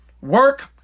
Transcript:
Work